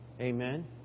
Amen